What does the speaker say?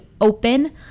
open